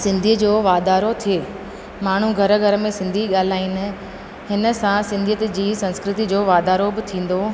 सिंधीअ जो वाधारो थिए माण्हू घर घर में सिंधी ॻाल्हाइनि हिन सां सिंधियत जी संस्कृति जो वाधारो बि थींदो